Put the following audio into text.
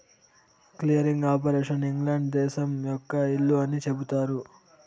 clearing operation England దేశం యొక్క ఇల్లు అని చెబుతారు